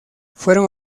fueron